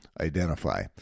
identify